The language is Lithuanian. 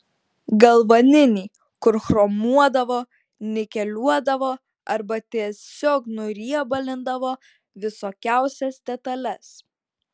galvaninį kur chromuodavo nikeliuodavo arba tiesiog nuriebalindavo visokiausias detales